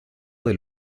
del